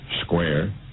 square